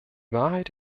wahrheit